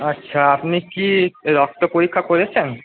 আচ্ছা আপনি কি রক্ত পরীক্ষা করেছেন